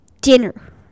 dinner